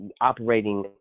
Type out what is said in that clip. operating